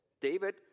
David